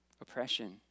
oppression